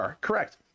Correct